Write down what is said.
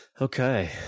Okay